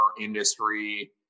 industry